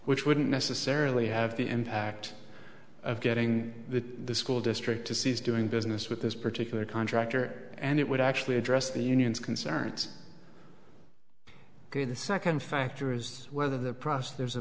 which wouldn't necessarily have the impact of getting the school district to cease doing business with this particular contractor and it would actually address the union's concerns ok the second factor is whether the process there's a